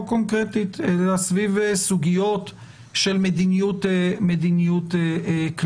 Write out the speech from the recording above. קונקרטית אלא סביב סוגיות של מדיניות כללית.